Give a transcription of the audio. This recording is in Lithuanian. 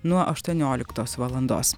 nuo aštuonioliktos valandos